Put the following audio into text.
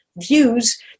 views